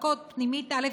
מחלקות פנימיות א',